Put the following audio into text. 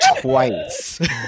twice